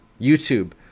YouTube